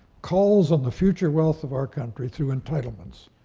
calls on the future wealth of our country through entitlements,